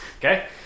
Okay